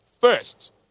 first